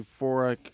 euphoric